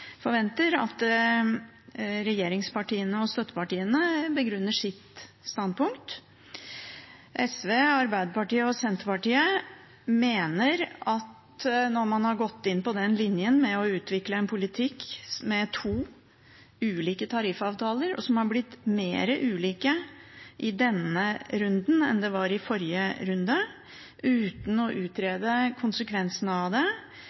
forventer at regjeringspartiene og støttepartiene begrunner sitt standpunkt. SV, Arbeiderpartiet og Senterpartiet ønsker å uttrykke at vi er uenig når man har gått inn på den linjen med å utvikle en politikk med to ulike tariffavtaler, og som har blitt mer ulike i denne runden enn de var i forrige runde, uten å utrede konsekvensen av det.